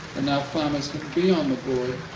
and now farmers could be on the board.